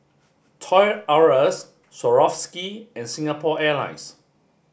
Toy R Us Swarovski and Singapore Airlines